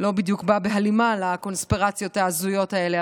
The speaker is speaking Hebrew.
לא בדיוק בא בהלימה לקונספירציות ההזויות האלה.